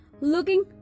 looking